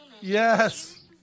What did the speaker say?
Yes